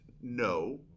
No